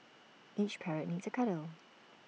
every parrot needs A cuddle